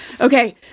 Okay